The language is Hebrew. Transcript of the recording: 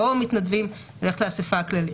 לא מתנדבים ללכת לאספה הכללית.